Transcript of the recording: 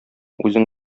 үзең